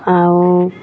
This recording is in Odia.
ଆଉ